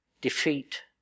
defeat